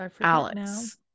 alex